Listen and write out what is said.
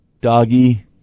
doggy